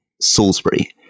Salisbury